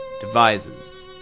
devises